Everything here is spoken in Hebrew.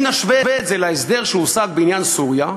אם נשווה את זה להסדר שהושג בעניין סוריה,